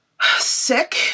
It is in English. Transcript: sick